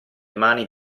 mani